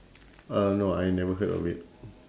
uh no I never heard of it